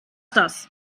das